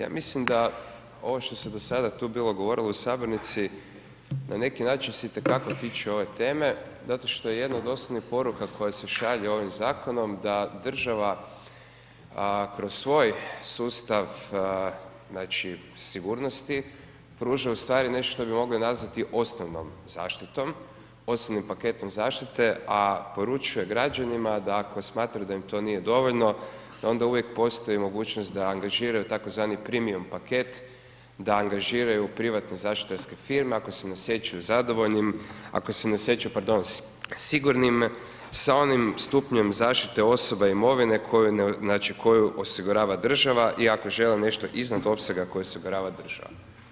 Ja mislim da ovo što se do sada tu bilo govorilo u sabornici na neki način se itekako tiče ove teme zato što je jedna od osnovnih poruka koja se šalje ovim zakonom da država a kroz svoj sustav znači sigurnosti pruža ustvari nešto što bi mogli nazvati osnovnom zaštitom, osnovnim paketom zaštite a poručuje građanima da ako smatraju da im to nije dovoljno da onda uvijek postoji mogućnost da angažiraju tzv. premium paket, da angažiraju privatne zaštitarske firme ako se ne osjećaju zadovoljnim, ako se ne osjećaju, pardon, sigurnim sa onim stupnjem zaštite osoba i imovine znači koju osigurava država i ako žele nešto iznad opsega koji osigurava država.